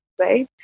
right